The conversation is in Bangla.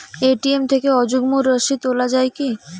এ.টি.এম থেকে অযুগ্ম রাশি তোলা য়ায় কি?